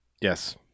Yes